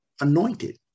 anointed